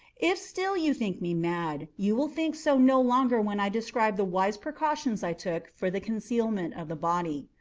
if still you think me mad, you will think so no longer when i describe the wise precautions i took for the concealment of the body.